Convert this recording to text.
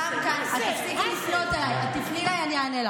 אני מגישה אי-אמון על